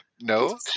no